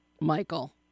Michael